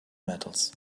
metals